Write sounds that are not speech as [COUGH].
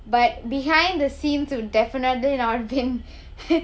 but behind the scenes will definitely not have been [NOISE]